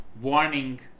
warning